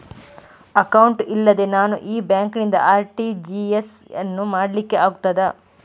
Account ಇಲ್ಲದೆ ನಾನು ಈ ಬ್ಯಾಂಕ್ ನಿಂದ ಆರ್.ಟಿ.ಜಿ.ಎಸ್ ಯನ್ನು ಮಾಡ್ಲಿಕೆ ಆಗುತ್ತದ?